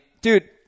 dude